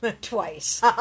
Twice